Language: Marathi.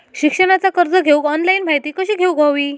शिक्षणाचा कर्ज घेऊक ऑनलाइन माहिती कशी घेऊक हवी?